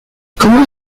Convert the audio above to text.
comment